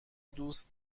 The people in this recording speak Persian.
دوست